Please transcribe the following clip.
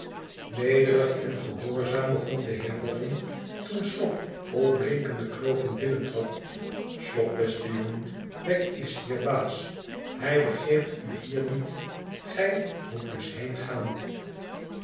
nedeng en gehoorzaam begon de heer boffin toen slop vol blinkende knoopen bmnentrad slop beste jongen wegg is hier baas hij begeert mer niet gij moet dus